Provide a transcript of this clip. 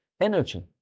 energy